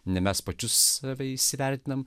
ne mes pačius save įsivertinam